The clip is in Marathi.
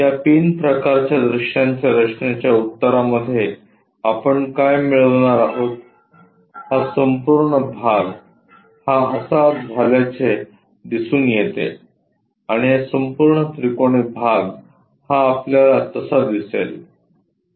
या पिन प्रकारच्या दृश्यांच्या रचनेच्या उत्तरामध्ये आपण काय मिळवणार आहोत हा संपूर्ण भाग हा असा झाल्याचे दिसून येते आणि हा संपूर्ण त्रिकोणी भाग हा आपल्याला तसा दिसेल